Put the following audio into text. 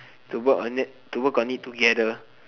to work on it to work on it together